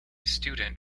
student